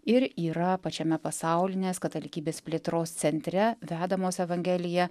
ir yra pačiame pasaulinės katalikybės plėtros centre vedamos evangelija